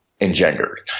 engendered